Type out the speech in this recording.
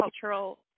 cultural